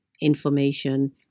information